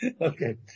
okay